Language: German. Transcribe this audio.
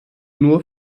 nur